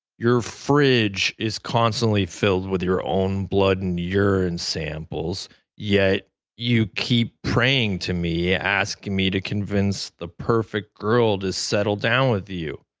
your fridge is constantly filled with your own blood and urine samples yet you keep praying to me, asking me to convince the perfect girl to settle down with you.